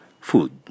food